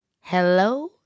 Hello